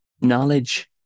knowledge